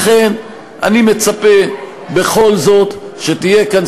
לכן אני מצפה בכל זאת שתהיה כאן,